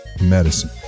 Medicine